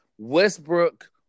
Westbrook